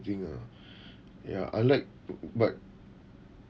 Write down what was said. ah ya I like but